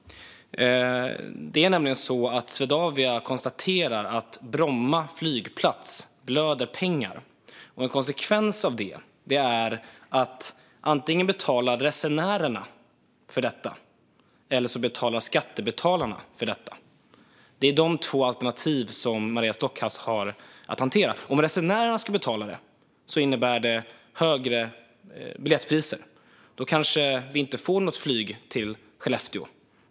Swedavia konstaterar att Bromma flygplats blöder pengar. En konsekvens av det är att antingen betalar resenärerna för detta, eller så betalar skattebetalarna för detta. Det är de två alternativ som Maria Stockhaus har att hantera. Om resenärerna ska betala innebär det högre biljettpriser. Då kanske vi inte får något flyg till Skellefteå.